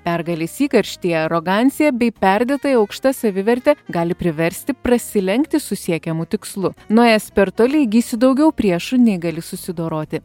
pergalės įkarštyje arogancija bei perdėtai aukšta savivertė gali priversti prasilenkti su siekiamu tikslu nuėjęs per toli įgysi daugiau priešų nei gali susidoroti